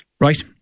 Right